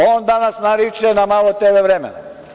On danas nariče na malo tv vremena.